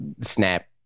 snap